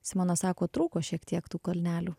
simonas sako trūko šiek tiek tų kalnelių